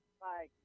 Bye